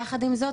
יחד עם זאת,